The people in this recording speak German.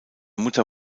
mutter